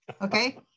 okay